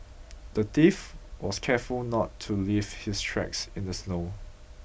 the thief was careful not to leave his tracks in the snow